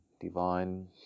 divine